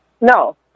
No